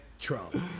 Trump